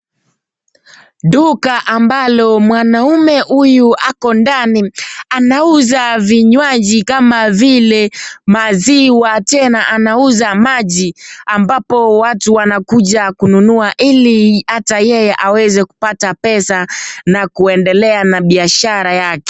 Duka ambalo mwanaume huyu ako ndani anauza vinywaji kama vile maziwa tena anauza maji ambpo watu wanakuja kununua ili ata yeye aweze kupata pesa na kuendelea na biashara yake.